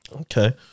okay